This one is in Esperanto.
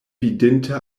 vidinte